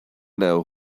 know